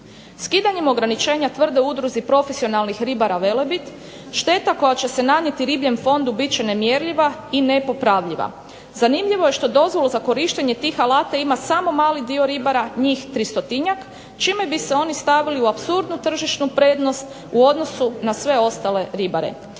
Skidanjem ograničenja tvrde u Udruzi profesionalnih ribara "Velebit" šteta koja će se nanijeti ribljem fondu bit će nemjerljiva i nepopravljiva. Zanimljivo je što dozvolu za korištenje tih alata ima samo mali dio ribara njih tristotinjak čime bi se oni stavili u apsurdnu tržišnu prednost u odnosu na sve ostale ribare.